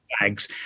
bags